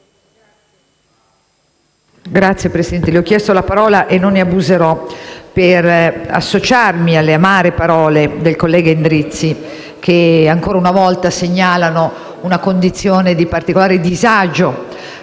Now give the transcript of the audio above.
Signor Presidente, ho chiesto la parola, e non ne abuserò, per associarmi alle amare parole del collega Endrizzi, che ancora una volta segnalano una condizione di particolare disagio